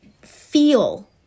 feel